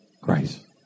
Christ